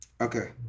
Okay